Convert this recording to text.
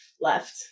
left